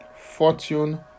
fortune